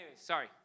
sorry